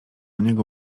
niego